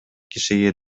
кишиге